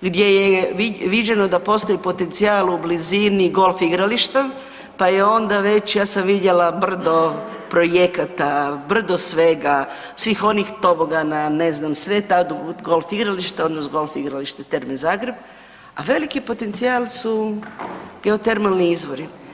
gdje je viđeno da postoji potencijal u blizini golf igrališta, pa je onda već, ja sam vidjela brdo projekata, brdo svega, svih onih tobogana, ne znam sve ta golf igrališta odnosno golf igralište Terme Zagreb a veliki potencijal su geotermalni izvori.